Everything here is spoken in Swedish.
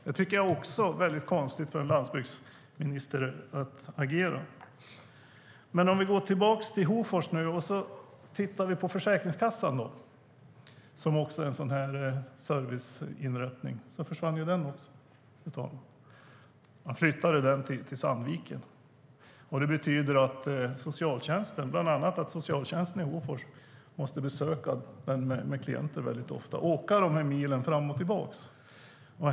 Det tycker jag är ett väldigt konstigt sätt för en landbygdsminister att agera. Vi går tillbaka till Hofors och tittar på Försäkringskassan. Det är också en serviceinrättning som försvann. Man flyttade den till Sandviken. Det betyder bland annat att socialtjänsten i Hofors måste besöka den väldigt ofta med klienter och åka de milen fram och tillbaka.